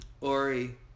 Ori